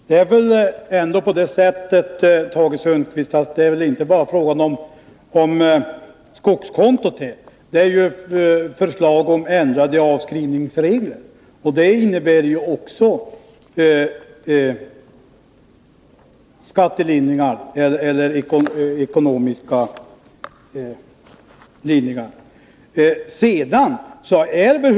Herr talman! Det är väl ändå, Tage Sundkvist, inte bara fråga om skogskontot. Det föreslås också ändringar av avskrivningsreglerna, och även dessa innebär skattelindringar eller ekonomiska lättnader.